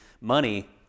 money